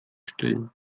stillen